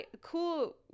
cool